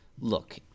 look